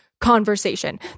Conversation